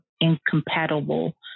incompatible